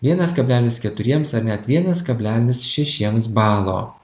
vienas kablelis keturiems ar net vienas kablelis šešiems balo